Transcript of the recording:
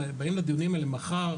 כשבאים לדיונים האלה מחר,